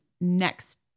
next